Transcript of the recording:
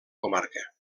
comarca